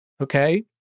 Okay